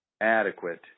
adequate